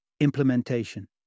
implementation